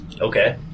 Okay